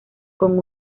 con